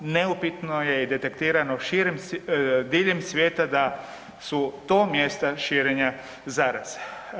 Neupitno je i detektirano diljem svijeta da su to mjesta širenja zaraze.